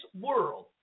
world